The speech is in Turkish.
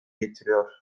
getiriyor